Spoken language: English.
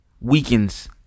weakens